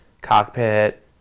cockpit